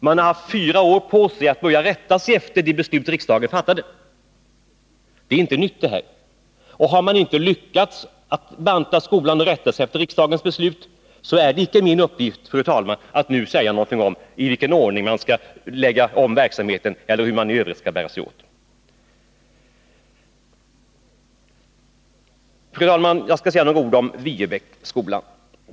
De har haft fyra år på sig att börja rätta sig efter det beslut riksdagen fattat. Har man inte lyckats att banta skolan och rätta sig efter riksdagens beslut, så är det inte min uppgift att nu säga någonting om i vilken ordning man skall lägga om verksamheten eller hur man i övrigt skall bära sig åt. Fru talman! Jag skall säga några ord om Viebäcksskolan.